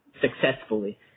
successfully